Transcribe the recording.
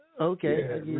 Okay